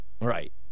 Right